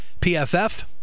PFF